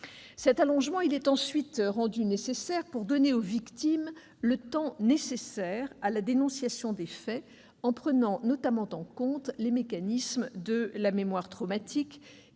Cet allongement est ensuite essentiel pour donner aux victimes le temps nécessaire à la dénonciation des faits, en prenant notamment en compte les mécanismes de la mémoire traumatique,